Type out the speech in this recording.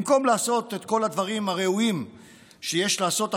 במקום לעשות את כל הדברים הראויים שיש לעשות עכשיו,